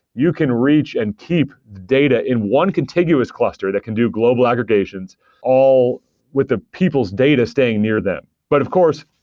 you can reach and keep data in one continuous cluster that can do global aggregations all with the people's data staying near them. but, of course,